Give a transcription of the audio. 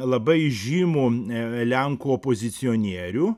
labai žymų e lenkų opozicionierių